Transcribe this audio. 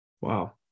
Wow